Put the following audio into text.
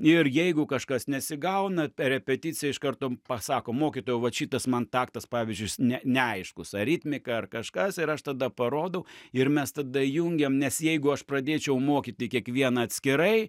ir jeigu kažkas nesigauna per repeticiją iš karto pasako mokytojau vat šitas man taktas pavyzdžius ne neaiškus ar ritmika ar kažkas ir aš tada parodau ir mes tada jungiam nes jeigu aš pradėčiau mokyti kiekvieną atskirai